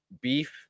beef